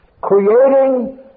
creating